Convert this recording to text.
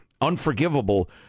unforgivable